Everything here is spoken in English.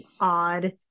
odd